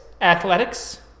Athletics